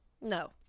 no